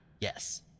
yes